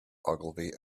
ogilvy